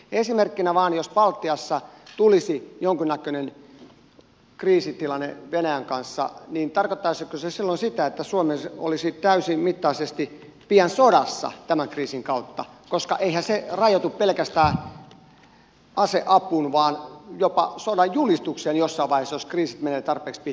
esimerkkinä vain että jos baltiassa tulisi jonkinnäköinen kriisitilanne venäjän kanssa niin tarkoittaisiko se silloin sitä että suomi olisi täysimittaisesti pian sodassa tämän kriisin kautta koska eihän se rajoitu pelkästään aseapuun vaan tulee jopa sodanjulistus jossain vaiheessa jos kriisit menevät tarpeeksi pitkälle